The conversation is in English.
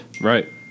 Right